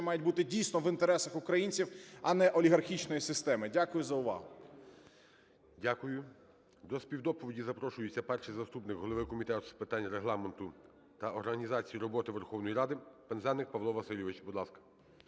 мають бути дійсно в інтересах українців, а не олігархічної системи. Дякую за увагу. ГОЛОВУЮЧИЙ. Дякую. До співдоповіді запрошується перший заступник голови Комітету з питань Регламенту та організації роботи Верховної Ради Пинзеник Павло Васильович. Будь ласка.